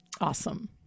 awesome